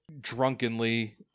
drunkenly